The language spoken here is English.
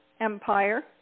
empire